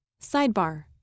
Sidebar